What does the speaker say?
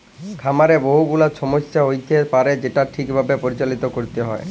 খামারে বহু গুলা ছমস্যা হ্য়য়তে পারে যেটাকে ঠিক ভাবে পরিচাললা ক্যরতে হ্যয়